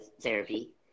therapy